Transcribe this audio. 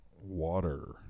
Water